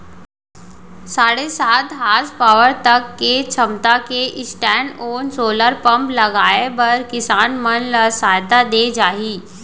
साढ़े सात हासपावर तक के छमता के स्टैंडओन सोलर पंप लगाए बर किसान मन ल सहायता दे जाही